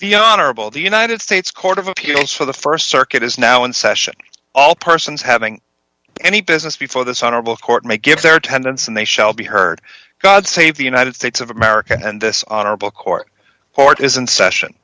the honorable the united states court of appeals for the st circuit is now in session all persons having any business before this honorable court may give their attendance and they shall be heard god save the united states of america and this honorable court court is in session